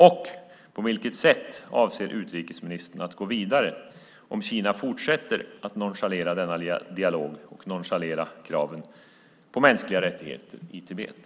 På vilket sätt avser utrikesministern att gå vidare om Kina fortsätter att nonchalera denna dialog och nonchalera kraven på mänskliga rättigheter i Tibet?